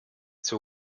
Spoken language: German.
zur